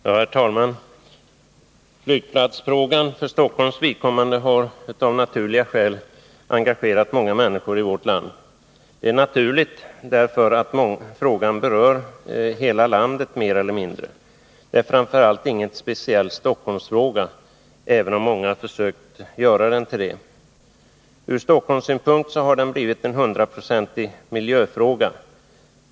Fru talman! Flygplatsfrågan för Stockholms vidkommande har av naturliga skäl engagerat många människor i vårt land. Det är naturligt, därför att frågan mer eller mindre berör hela landet. Det är framför allt ingen speciell Stockholmsfråga — även om många försökt göra den till det. Ur Stockholmssynpunkt har den blivit en hundraprocentig miljöfråga.